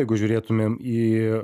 jeigu žiūrėtumėm į